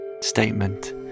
statement